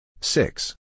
Six